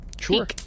sure